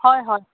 হয় হয়